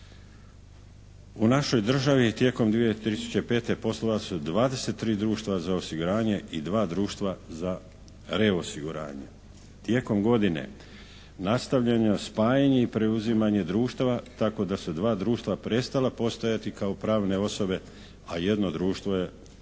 U našoj državi tijekom 2005. poslovala su 23 društva za osiguranje i dva društva za reosiguranje. Tijekom godine nastavljeno je spajanje i preuzimanje društava tako da su dva društva prestala postojati kao pravne osobe a jedno društvo je osnovano.